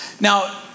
now